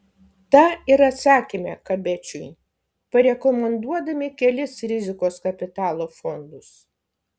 tą ir atsakėme kabečiui parekomenduodami kelis rizikos kapitalo fondus